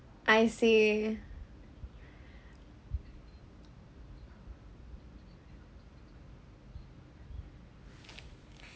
I see